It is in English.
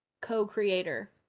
co-creator